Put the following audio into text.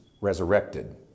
resurrected